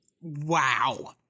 Wow